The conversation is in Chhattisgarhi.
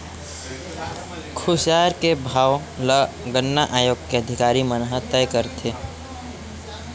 खुसियार के भाव ल गन्ना आयोग के अधिकारी मन ह तय करथे